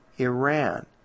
Iran